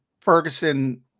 Ferguson